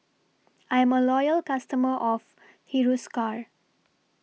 I'm A Loyal customer of Hiruscar